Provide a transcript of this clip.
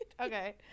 Okay